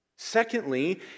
Secondly